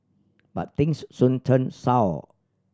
but things soon turned sour